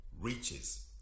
reaches